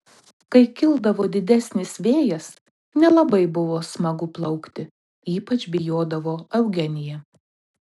kai kildavo didesnis vėjas nelabai buvo smagu plaukti ypač bijodavo eugenija